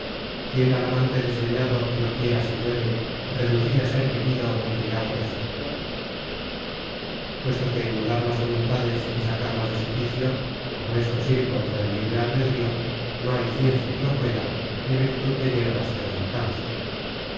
quién al amante desdeñado que no quiera si puede reducir á ser querido del que le aborrece puesto que en mudar las voluntades y sacarlas de su quicio como esto es ir contra el libre albedrío no hay ciencia que lo pueda ni virtud de yerbas que lo alcance